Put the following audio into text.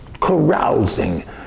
carousing